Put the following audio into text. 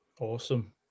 Awesome